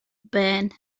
burn